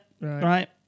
right